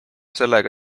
sellega